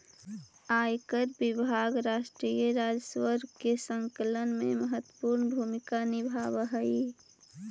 आयकर विभाग राष्ट्रीय राजस्व के संकलन में महत्वपूर्ण भूमिका निभावऽ हई